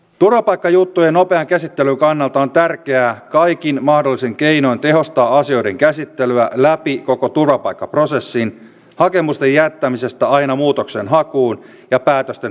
turvapaikkajuttujen nopean käsittelyn kannalta on tärkeää kaikin mahdollisin keinoin tehostaa asioiden käsittelyä läpi koko turvapaikkaprosessin hakemusten jättämisestä aina muutoksenhakuun ja päätösten täytäntöönpanoon saakka